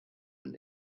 und